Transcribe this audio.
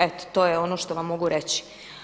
Eto to je ono što vam mogu reći.